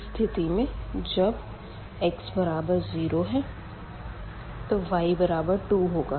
इस स्थिति में जब x बराबर 0 है तब y बराबर 2होगा